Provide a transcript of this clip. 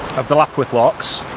of the lapworth locks.